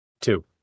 Two